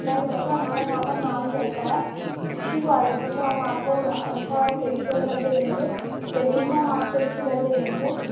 نہیں نہیں ہمارا یہاں پر نام چلتا ہے اچھی کوالٹی کا ہم آپ کو اچھا فیشیل کر کے دیں گے تھریڈنگ بھی ہم آپ کی اچھی کر کے دیں گے